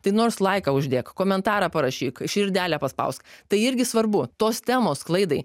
tai nors laiką uždėk komentarą parašyk širdelę paspausk tai irgi svarbu tos temos sklaidai